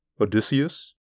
Odysseus